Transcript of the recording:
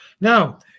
Now